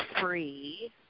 free